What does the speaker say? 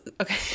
Okay